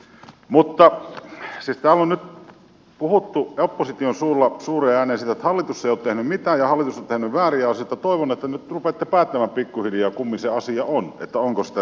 mutta täällä on nyt puhuttu opposition suulla suureen ääneen sitä että hallitus ei ole tehnyt mitään ja hallitus on tehnyt väärin ja olisin nyt toivonut että nyt rupeatte päättämään pikkuhiljaa kummin se asia on onko tehty vai ei